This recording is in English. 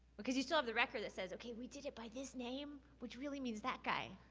because you'd still have the record that says, okay, we did it by this name, which really means that guy.